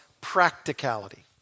practicality